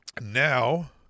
now